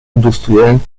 industriellen